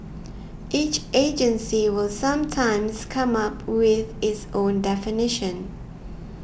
each agency will sometimes come up with its own definition